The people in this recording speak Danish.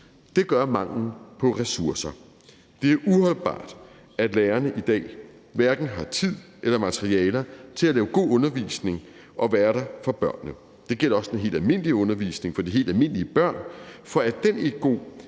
Det gør manglen på ressourcer! Det er uholdbart, at lærerne i dag hverken har tid eller materialer til at lave god undervisning og være der for børnene. Det gælder også den helt almindelige undervisning for de helt almindelige børn, for er den ikke